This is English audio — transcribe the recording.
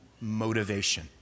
motivation